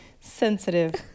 sensitive